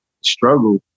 struggle